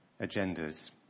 agendas